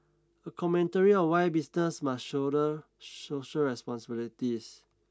a commentary on why businesses must shoulder social responsibilities